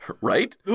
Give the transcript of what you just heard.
right